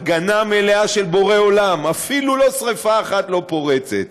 הגנה מלאה של בורא עולם: אפילו שרפה אחת לא פורצת.